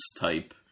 type